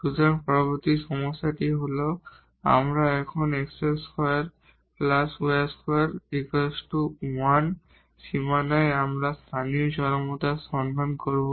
সুতরাং পরবর্তী সমস্যাটি হল আমরা এখন x2 y2 1 বাউন্ডারিয় লোকাল এক্সট্রিমা এর সন্ধান করব